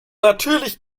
natürlich